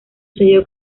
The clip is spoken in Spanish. sello